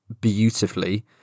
beautifully